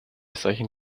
solchen